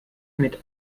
mit